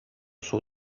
suo